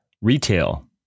Retail